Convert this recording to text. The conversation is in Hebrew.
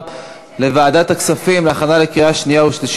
לוועדת הכספים להכנה לקריאה שנייה ולקריאה